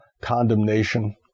condemnation